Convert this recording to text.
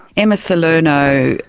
emma salerno,